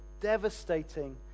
devastating